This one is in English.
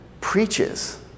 preaches